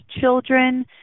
children